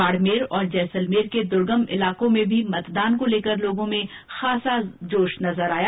बाडमेर और जैसलमेर के दुर्गम इलाकों में भी मतदान को लेकर लोगों में खासा जोश नजर आया